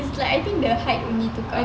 is like I think the height only tukar